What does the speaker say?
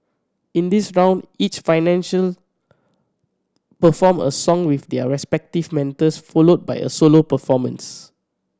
in this round each financial performed a song with their respective mentors followed by a solo performance